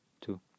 two